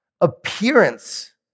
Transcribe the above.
Appearance